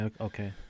Okay